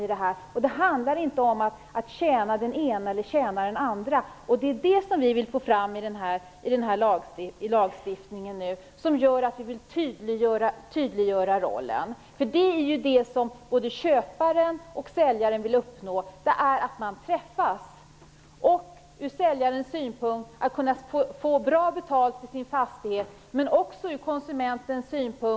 Det handlar inte om att tjäna den ena eller den andra. Det är det vi vill få fram i lagstiftningen. Vi vill tydliggöra rollen. Det är det som både köparen och säljaren vill uppnå. Man träffas. Säljaren vill kunna få bra betalt för sin fastighet.